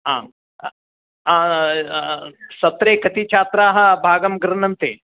आम् सत्रे कति छात्राः भागं गृह्णन्ति